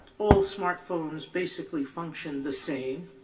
all smartphones basically function the same.